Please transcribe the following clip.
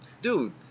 Dude